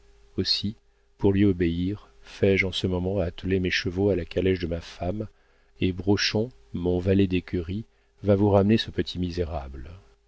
aussi pour lui obéir fais-je en ce moment atteler mes chevaux à la calèche de ma femme et brochon mon valet d'écurie va vous ramener ce petit misérable